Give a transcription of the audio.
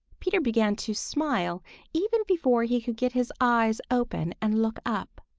peter began to smile even before he could get his eyes open and look up.